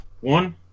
One